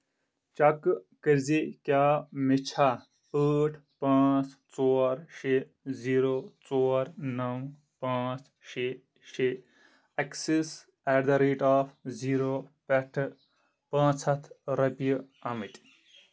چیکہٕ کرۍ زِ کیٛاہ مےٚ چھا ٲٹھ پانٛژھ ژور شےٚ زیٖرو ژور نو پانٛژھ شےٚ شےٚ اٮ۪کسِز at the rate of zero پٮ۪ٹھٕ پانٛژھ ہَتھ رۄپیہِ آمٕتی